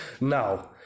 Now